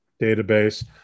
database